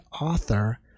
author